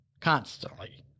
constantly